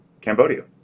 Cambodia